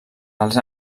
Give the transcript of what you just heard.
els